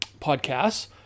podcasts